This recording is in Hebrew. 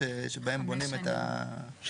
שבהן בונים את ה --- חמש שנים.